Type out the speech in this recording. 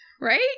Right